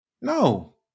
No